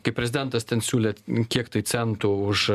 kaip prezidentas ten siūlėt kiek tai centų už